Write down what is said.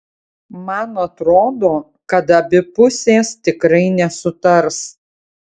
man atrodo kad abi pusės tikrai nesutars